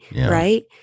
Right